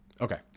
Okay